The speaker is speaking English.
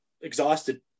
exhausted